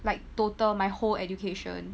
like total my whole education